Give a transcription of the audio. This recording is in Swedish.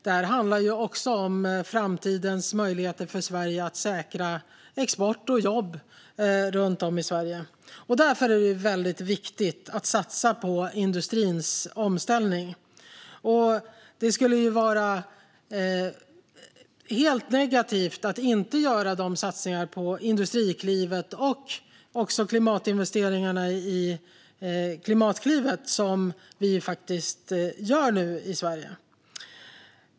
Detta handlar ju också om framtidens möjligheter för Sverige att säkra export och jobb runt om i Sverige. Därför är det väldigt viktigt att satsa på industrins omställning. Det skulle vara mycket negativt att inte göra de satsningar på Industriklivet eller de klimatinvesteringar i Klimatklivet som vi nu gör i Sverige.